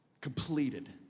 Completed